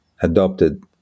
adopted